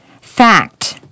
Fact